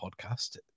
podcast